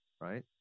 right